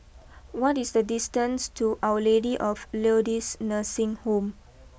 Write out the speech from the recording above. what is the distance to Our Lady of Lourdes Nursing Home